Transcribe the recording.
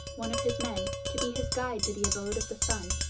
one of his men, to be his guide to the abode of the sun.